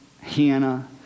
Hannah